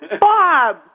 Bob